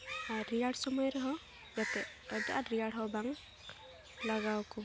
ᱟᱨ ᱨᱮᱭᱟᱲ ᱥᱚᱢᱚᱭ ᱨᱮᱦᱚᱸ ᱡᱟᱛᱮᱫ ᱟᱹᱰᱤ ᱟᱸᱴ ᱨᱮᱭᱟᱲ ᱦᱚᱸ ᱵᱟᱝ ᱞᱟᱜᱟᱣ ᱠᱚ